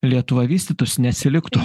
lietuva vystytųs neatsiliktų